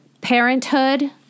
parenthood